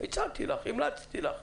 הצעתי לך, המלצתי לך.